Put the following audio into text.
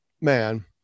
man